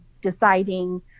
deciding